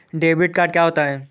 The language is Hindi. डेबिट कार्ड क्या होता है?